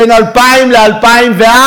בין 2000 ל-2004,